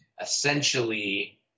essentially